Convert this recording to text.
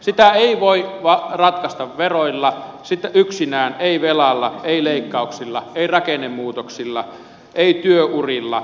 sitä ei voi ratkaista veroilla yksinään ei velalla ei leikkauksilla ei rakennemuutoksilla ei työurilla